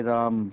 Ram